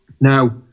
Now